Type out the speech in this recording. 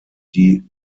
die